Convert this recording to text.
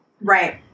right